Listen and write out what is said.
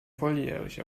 volljährig